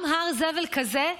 גם הר זבל כזה,